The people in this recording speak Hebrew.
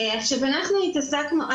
עכשיו אנחנו התעסקנו,